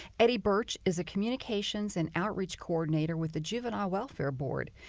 eddie burch is a communications and outreach coordinator with the juvenile welfare board.